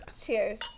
Cheers